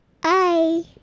Bye